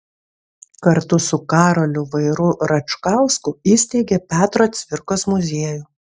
kartu su karoliu vairu račkausku įsteigė petro cvirkos muziejų